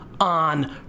on